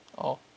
orh